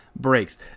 breaks